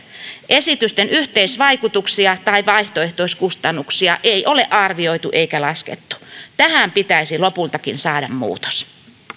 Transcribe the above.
esitysten yhteisvaikutuksia tai vaihtoehtoiskustannuksia ei ole arvioitu eikä laskettu tähän pitäisi lopultakin saada muutos